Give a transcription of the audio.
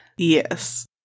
Yes